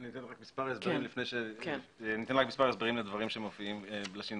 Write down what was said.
אני אתן מספר הסברים לשינויים שעשינו.